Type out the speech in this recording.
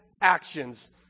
actions